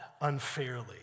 unfairly